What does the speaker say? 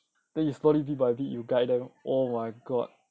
then you slowly bit by bit you guide them oh my god